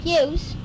use